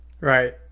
Right